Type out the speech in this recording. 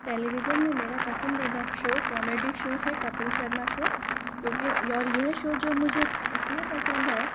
television में मेरा पसंदीदा शो कॉमेडी शो है कपिल शर्मा शो क्योंकि और यह शो जो मुझे इसलिए पसंद है